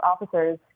officers